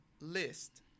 list